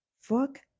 Fuck